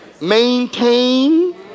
Maintain